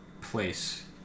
place